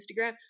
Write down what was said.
Instagram